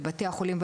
לבתי החולים,